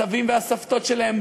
הסבים והסבתות שלהם,